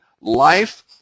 life